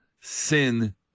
sin